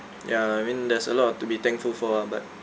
ya I mean there's a lot to be thankful for ah but